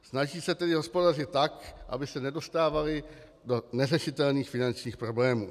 Snaží se tedy hospodařit tak, aby se nedostávaly do neřešitelných finančních problémů.